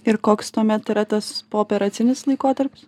ir koks tuomet yra tas pooperacinis laikotarpis